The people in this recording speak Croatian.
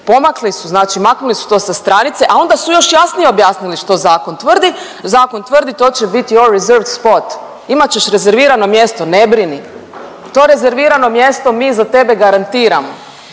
su, znači maknuli su to sa stranice, a onda su još jasnije objasnili što zakon tvrdi, zakon tvrdi to će biti …/Govornik se ne razumije/…imat ćeš rezervirano mjesto, ne brini, to rezervirano mjesto mi za tebe garantiramo